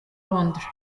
londres